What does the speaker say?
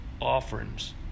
offerings